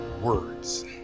words